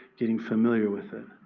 getting familiar with it.